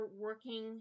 working